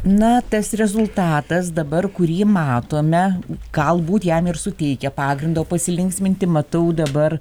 na tas rezultatas dabar kurį matome galbūt jam ir suteikia pagrindo pasilinksminti matau dabar